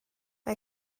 mae